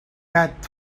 gat